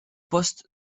poste